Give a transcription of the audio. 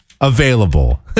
available